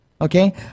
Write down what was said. okay